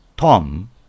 Tom